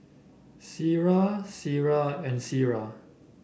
Syirah Syirah and Syirah